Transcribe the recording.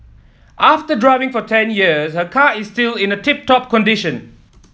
after driving for ten years her car is still in a tip top condition